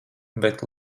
bet